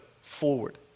forward